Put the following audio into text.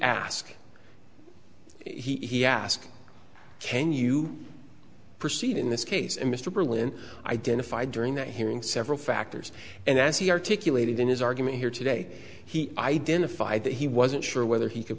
ask he ask can you proceed in this case and mr berlin identified during that hearing several factors and as he articulated in his argument here today he identified that he wasn't sure whether he could